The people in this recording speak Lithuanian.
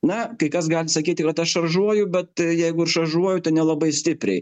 na kai kas gali sakyti kad aš šaržuoju bet jeigu ir šaržuoju tai nelabai stipriai